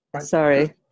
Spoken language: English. Sorry